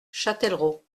châtellerault